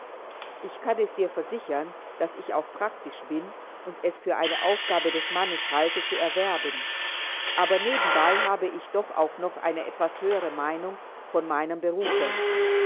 ich kann dir versichern daß ich auch praktisch bin und es für eine aufgabe des mannes halte zu erwerben aber nebenbei habe ich doch auch noch eine etwas höhere meinung von meinem berufe